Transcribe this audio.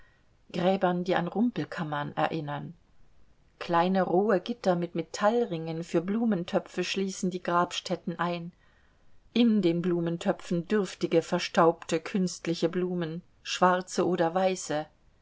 gräbern die an rumpelkammern erinnern kleine rohe gitter mit metallringen für blumentöpfe schließen die grabstätten ein in den blumentöpfen dürftige verstaubte künstliche blumen schwarze oder weiße